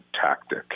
tactic